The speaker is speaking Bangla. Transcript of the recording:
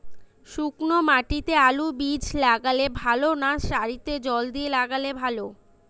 শুক্নো মাটিতে আলুবীজ লাগালে ভালো না সারিতে জল দিয়ে লাগালে ভালো?